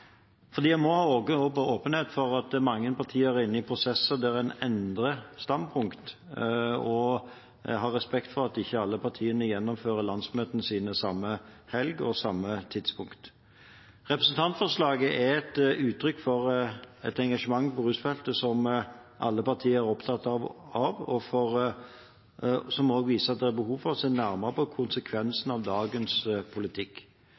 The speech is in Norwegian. åpenhet for at mange partier er inne i prosesser der en endrer standpunkt, og ha respekt for at ikke alle partiene gjennomfører landsmøtene sine samme helg og på samme tidspunkt. Representantforslaget er et uttrykk for et engasjement på rusfeltet, som alle partier er opptatt av, og som også viser at det er behov for å se nærmere på konsekvensene av dagens politikk.